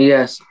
Yes